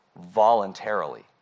voluntarily